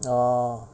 oh